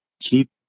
keep